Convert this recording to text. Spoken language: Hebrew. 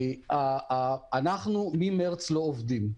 אנחנו ממרץ לא עובדים.